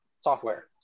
software